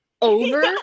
over